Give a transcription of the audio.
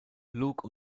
luke